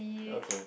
okay